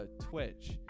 Twitch